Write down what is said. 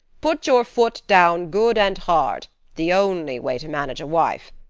put your foot down good and hard the only way to manage a wife.